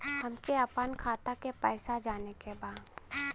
हमके आपन खाता के पैसा जाने के बा